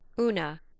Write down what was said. Una